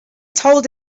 told